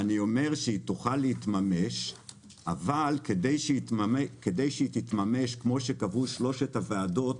אני אומר שהיא תוכל להתממש אבל כדי שהיא תתממש כמו שקבעו שלושת הוועדות,